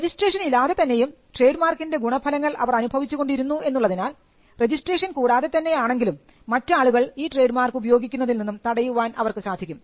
registration ഇല്ലാതെ തന്നെയും ട്രേഡ്മാർക്കിൻറെ ഗുണഫലങ്ങൾ അവർ അനുഭവിച്ചു കൊണ്ടിരുന്നു എന്നുള്ളതിനാൽ രജിസ്ട്രേഷൻ കൂടാതെതന്നെ ആണെങ്കിലും മറ്റ് ആളുകൾ ഈ ട്രേഡ്മാർക്ക് ഉപയോഗിക്കുന്നതിൽ നിന്നും തടയുവാൻ അവർക്ക് സാധിക്കും